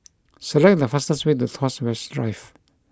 select the fastest way to Tuas West Drive